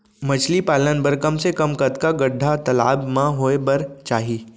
मछली पालन बर कम से कम कतका गड्डा तालाब म होये बर चाही?